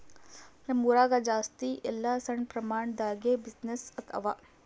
ನಮ್ ಊರಾಗ ಜಾಸ್ತಿ ಎಲ್ಲಾ ಸಣ್ಣ ಪ್ರಮಾಣ ದಾಗೆ ಬಿಸಿನ್ನೆಸ್ಸೇ ಅವಾ